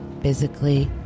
physically